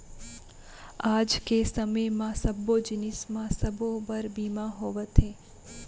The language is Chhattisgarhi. आज के समे म सब्बो जिनिस म सबो बर बीमा होवथे